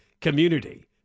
community